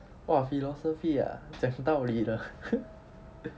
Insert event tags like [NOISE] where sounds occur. !wah! philosophy ah 讲道理的 [LAUGHS]